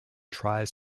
tries